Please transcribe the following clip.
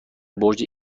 برج